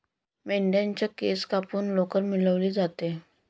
मेंढ्यांच्या केस कापून लोकर मिळवली जाते